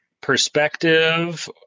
Perspective